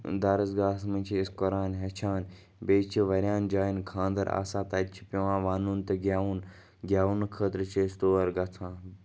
دَرسگاہَس منٛز چھِ أسۍ قۄران ہیٚچھان بیٚیہِ چھِ واریاہَن جایَن خاندَر آسان تَتہِ چھِ پیٚوان وَنُن تہٕ گیٚوُن گیٚونہٕ خٲطرٕ چھِ أسۍ تور گژھان